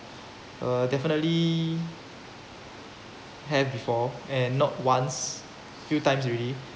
uh definitely had before and not once a few times already